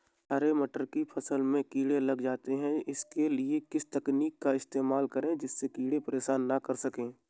हरे मटर की फसल में कीड़े लग जाते हैं उसके लिए किस तकनीक का इस्तेमाल करें जिससे कीड़े परेशान ना कर सके?